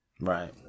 Right